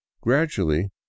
gradually